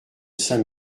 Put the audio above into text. saint